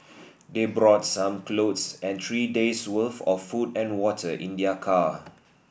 they brought some clothes and three days' worth of food and water in their car